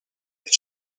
that